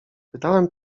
pytałem